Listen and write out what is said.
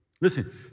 Listen